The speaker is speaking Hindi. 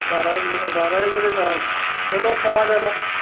तो बारह एक बारह एक बजे कहाँ चलो अच्छा आ जाना